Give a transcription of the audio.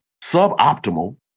suboptimal